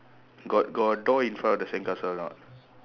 got got door in front of the sandcastle or not